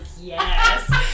yes